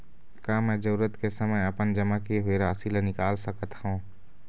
का मैं जरूरत के समय अपन जमा किए हुए राशि ला निकाल सकत हव?